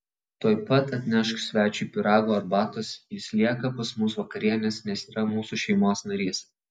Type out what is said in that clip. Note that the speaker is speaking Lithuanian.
tuoj pat atnešk svečiui pyrago arbatos jis lieka pas mus vakarienės nes yra mūsų šeimos narys